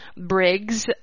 Briggs